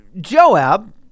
Joab